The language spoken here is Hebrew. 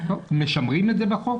משמרים את זה בחוק?